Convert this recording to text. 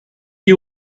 you